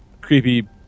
creepy